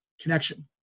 connection